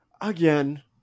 Again